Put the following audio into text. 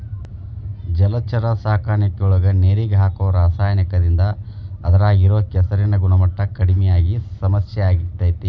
ಜಲಚರ ಸಾಕಾಣಿಕೆಯೊಳಗ ನೇರಿಗೆ ಹಾಕೋ ರಾಸಾಯನಿಕದಿಂದ ಅದ್ರಾಗ ಇರೋ ಕೆಸರಿನ ಗುಣಮಟ್ಟ ಕಡಿಮಿ ಆಗಿ ಸಮಸ್ಯೆ ಆಗ್ತೇತಿ